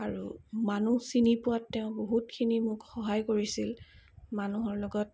আৰু মানুহ চিনি পোৱাত তেওঁ বহুতখিনি মোক সহায় কৰিছিল মানুহৰ লগত